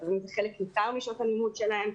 ולפעמים זה חלק ניכר משעות הלימוד שלהם.